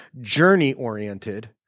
journey-oriented